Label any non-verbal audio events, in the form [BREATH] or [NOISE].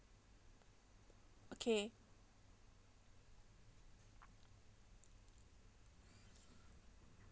okay [BREATH]